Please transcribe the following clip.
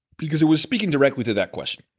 because it was speaking directly to that question.